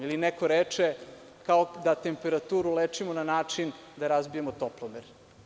Ili, neko reče, kao da temperaturu lečimo tako što razbijemo toplomer.